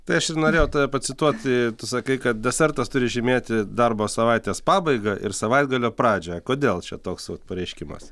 tai aš ir norėjau tave pacituoti tu sakai kad desertas turi žymėti darbo savaitės pabaigą ir savaitgalio pradžią kodėl čia toks vat pareiškimas